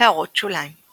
הערות שוליים ==